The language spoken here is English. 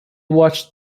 watched